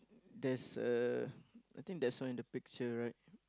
there's a I think there's one in the picture right